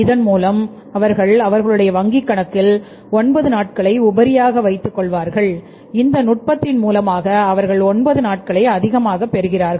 இதன் மூலம் அவர்கள் அவர்களுடைய வங்கி கணக்கில் ஒன்பது நாட்களை உபரியாக வைத்துக் கொள்வார்கள் இந்த நுட்பத்தின் மூலமாக அவர்கள் ஒன்பது நாட்களை அதிகமாக பெறுகிறார்கள்